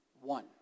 One